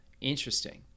Interesting